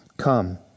Come